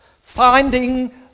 finding